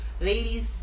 ladies